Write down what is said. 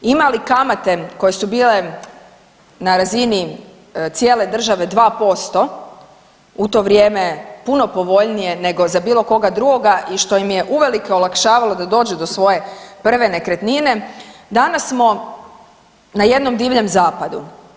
Ima li kamate koje su bile na razini cijele države 2% u to vrijeme puno povoljnije nego za bilo koga drugoga i što im je uvelike olakšavalo da dođe do svoje prve nekretnine, danas smo na jednom divljem zapadu.